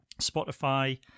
Spotify